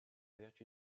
vertu